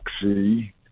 Sea